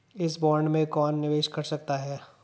इस बॉन्ड में कौन निवेश कर सकता है?